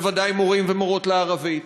בוודאי מורים ומורות לערבית.